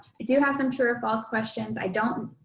do have some true or false questions. i don't,